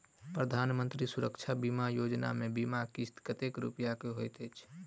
प्रधानमंत्री सुरक्षा बीमा योजना मे बीमा किस्त कतेक रूपया केँ होइत अछि?